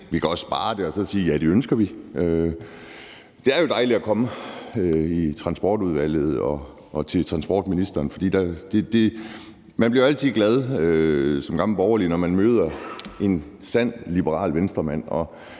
Vi kan også spare ham for det ved at sige: Ja, det ønsker vi. Det er jo dejligt at komme i Transportudvalget og til transportministeren, for man bliver altid glad som gammel borgerlig, når man møder en sand liberal Venstremand,